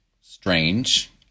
strange